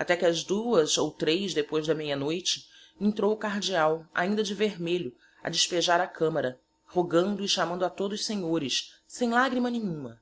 até que ás duas ou tres depois da meia noite entrou o cardeal ainda de vermelho a despejar a camara rogando e chamando a todos senhores sem lagrima nenhuma